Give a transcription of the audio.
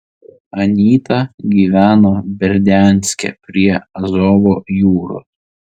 anyta gyveno berdianske prie azovo jūros